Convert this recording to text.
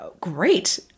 great